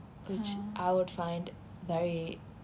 which I would find very